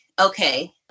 okay